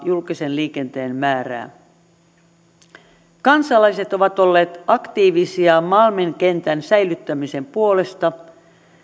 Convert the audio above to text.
julkisen liikenteen määrästä kansalaiset ovat olleet aktiivisia malmin kentän säilyttämisen puolesta